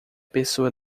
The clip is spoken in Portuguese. pessoa